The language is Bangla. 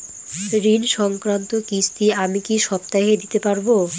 ঋণ সংক্রান্ত কিস্তি আমি কি সপ্তাহে দিতে পারবো?